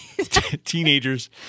teenagers